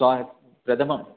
स्वा प्रथमं